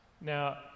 Now